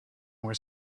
were